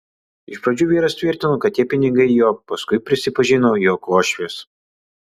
iš pradžių vyras tvirtino kad tie pinigai jo paskui prisipažino jog uošvės